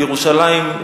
בירושלים,